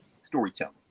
storytelling